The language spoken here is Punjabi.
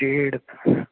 ਗੇੜ